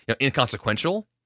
inconsequential